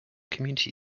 community